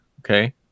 Okay